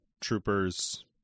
troopers